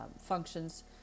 functions